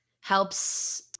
helps